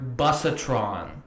busatron